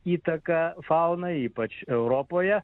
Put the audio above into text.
įtaką faunai ypač europoje